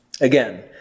Again